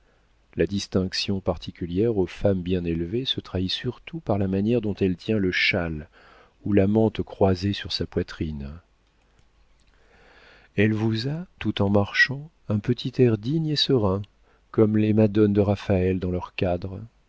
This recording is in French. la distinction particulière aux femmes bien élevées se trahit surtout par la manière dont elle tient le châle ou la mante croisés sur sa poitrine elle vous a tout en marchant un petit air digne et serein comme les madones de raphaël dans leur cadre